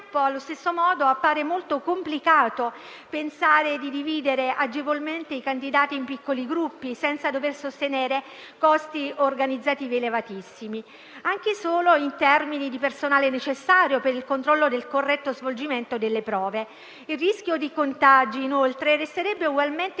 Allo stesso modo, appare molto complicato pensare di dividere agevolmente i candidati in piccoli gruppi senza dover sostenere costi organizzativi elevatissimi, anche solo in termini di personale necessario per il controllo del corretto svolgimento delle prove. Il rischio di contagi, inoltre, resterebbe ugualmente